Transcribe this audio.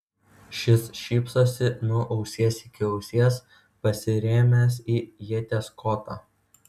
šis šypsosi nuo ausies iki ausies pasirėmęs į ieties kotą